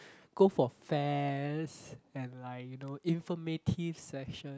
go for fairs and like you know informative sessions